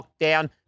lockdown